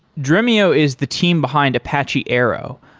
dremio is the team behind apache arrow,